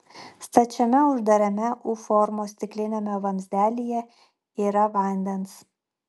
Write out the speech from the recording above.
stačiame uždarame u formos stikliniame vamzdelyje yra vandens